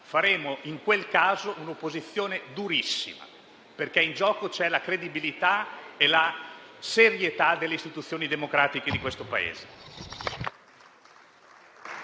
Faremo, in quel caso, un'opposizione durissima, perché in gioco ci sono la credibilità e la serietà delle istituzioni democratiche del Paese.